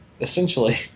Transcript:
essentially